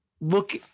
look